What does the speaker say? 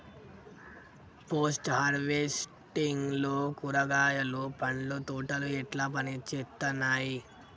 Post harvesting లో కూరగాయలు పండ్ల తోటలు ఎట్లా పనిచేత్తనయ్?